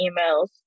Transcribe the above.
emails